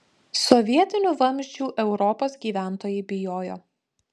sovietinių vamzdžių europos gyventojai bijojo